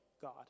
God